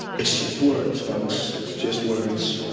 it's just words, folks. it's just words.